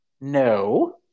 No